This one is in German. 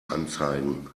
anzeigen